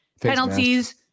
penalties